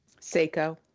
Seiko